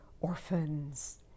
orphans